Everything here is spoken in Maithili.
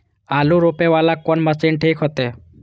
आलू रोपे वाला कोन मशीन ठीक होते?